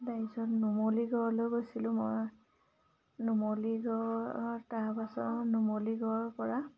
তাৰপিছত নুমলিগড়লৈ গৈছিলোঁ মই নুমলিগড় তাৰপাছত নুমলিগড়ৰ পৰা